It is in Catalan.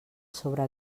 sobre